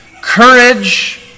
courage